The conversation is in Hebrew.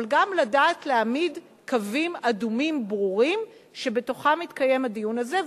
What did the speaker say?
אבל גם לדעת להעמיד קווים אדומים ברורים שבתוכם מתקיים הדיון הזה.